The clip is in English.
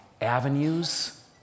avenues